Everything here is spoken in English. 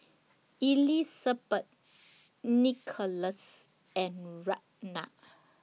Elisabeth Nicolas and Ragna